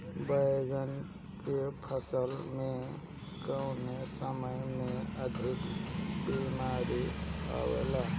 बैगन के फसल में कवने समय में अधिक बीमारी आवेला?